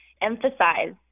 emphasize